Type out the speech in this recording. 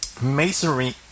masonry